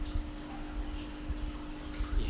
ya